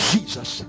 Jesus